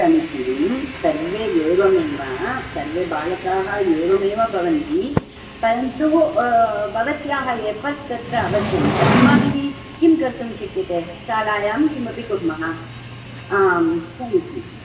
समीचीनं सर्वे एवमेव सर्वे बालकाः एवमेव भवन्ति परन्तु भवत्याः एफ़र्ट् तत्र अवश्यम् अस्माभिः किं कर्तुं शक्यते शालायां किमपि कुर्मः आं समीचीनम्